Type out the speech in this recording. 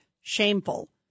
shameful